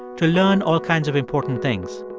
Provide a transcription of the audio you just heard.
to learn all kinds of important things.